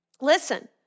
listen